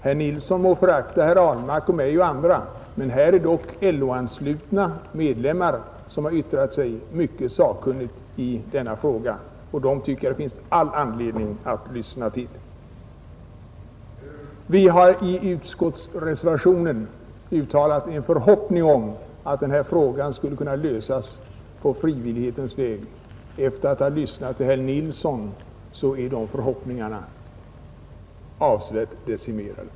Han må förakta herr Ahlmark och mig och andra, men här finns dock LO-anslutna medlemmar som har yttrat sig mycket sakkunnigt i denna fråga, och dem tycker jag att det finns all anledning att lyssna till. I utskottsreservationen har vi uttalat förhoppningen om att frågan om kollektivanslutningens avveckling skulle kunna lösas på frivillighetens väg. Efter det vi har lyssnat på herr Nilsson är våra förhoppningar onekligen avsevärt decimerade.